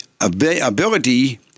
ability